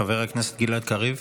חבר הכנסת גלעד קריב.